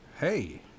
Hey